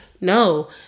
no